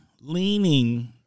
leaning